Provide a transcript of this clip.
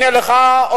הנה לך,